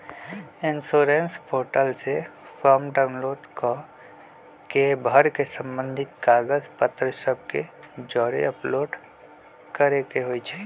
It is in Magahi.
इंश्योरेंस पोर्टल से फॉर्म डाउनलोड कऽ के भर के संबंधित कागज पत्र सभ के जौरे अपलोड करेके होइ छइ